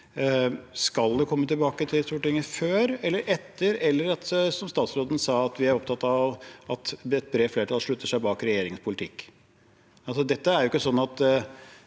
statsråden komme tilbake til Stortinget før, eller etter – eller er det slik, som statsråden sa, at man er opptatt av at et bredt flertall slutter seg til regjeringens politikk? Det er jo ikke sånn at